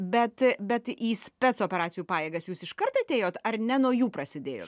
bet bet į spec operacijų pajėgas jūs iškart atėjot ar ne nuo jų prasidėjo